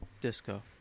disco